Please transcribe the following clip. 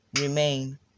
remain